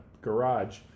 garage